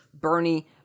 Bernie